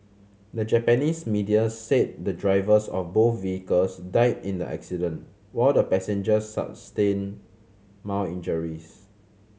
the Japanese media said the drivers of both vehicles died in an accident while the passengers sustained mild injuries